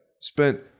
Spent